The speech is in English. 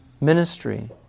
ministry